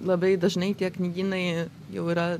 labai dažnai tie knygynai jau yra